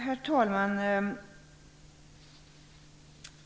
Herr talman!